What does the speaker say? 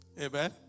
Amen